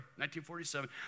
1947